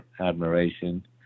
admiration